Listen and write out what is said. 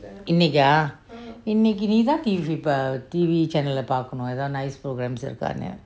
இன்னிக்கா இன்னிக்கு நீ தா:innikka innikku nee thaa T_V T_V channel பாக்கணும் எதாவது:paakanum ethavathu nice program இருக்கானு:irukkanu